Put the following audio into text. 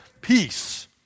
peace